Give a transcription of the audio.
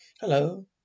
Hello